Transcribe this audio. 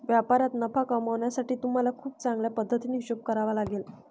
व्यापारात नफा कमावण्यासाठी तुम्हाला खूप चांगल्या पद्धतीने हिशोब करावा लागेल